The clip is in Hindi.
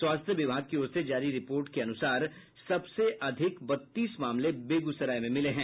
स्वास्थ्य विभाग की ओर से जारी रिपोर्ट के अनुसार सबसे अधिक बत्तीस मामले बेगूसराय में मिले हैं